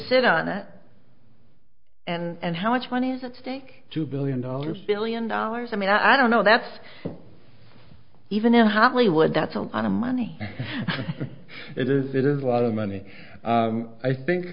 sit on it and how much money is at stake two billion dollars billion dollars i mean i don't know that's even in hollywood that's a lot of money it is it is a lot of money i think